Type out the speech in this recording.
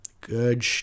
Good